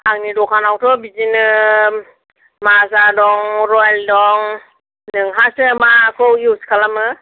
आंनि दखानावथ' बिदिनो माजा दं रयेल दं नोंहासो माखौ इउज खालामो